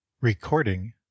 recording